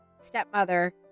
Stepmother